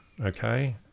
okay